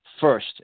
first